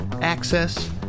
access